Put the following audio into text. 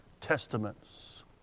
testaments